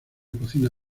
cocina